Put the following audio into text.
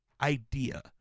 idea